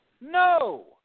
No